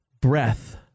breath